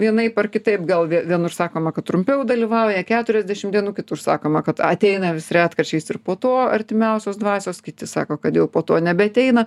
vienaip ar kitaip gal vienur sakoma kad trumpiau dalyvauja keturiasdešim dienų kitur sakoma kad ateina vis retkarčiais ir po to artimiausios dvasios kiti sako kad jau po to nebeateina